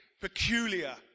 peculiar